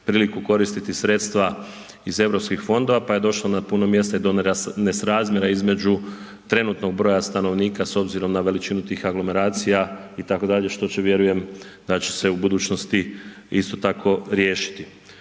priliku koristiti sredstva iz Europskih fondova, pa je došlo na puno mjesta i do nesrazmjera između trenutnog broja stanovnika s obzirom na veličinu tih aglomeracija itd., što vjerujem da će se u budućnosti isto tako riješiti.